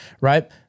right